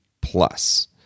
Plus